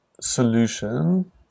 solution